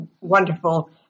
wonderful